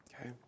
okay